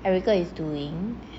erica is doing